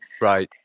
right